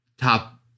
top